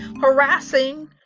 harassing